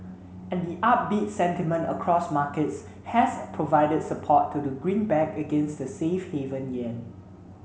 and the upbeat sentiment across markets has provided support to the greenback against the safe haven yen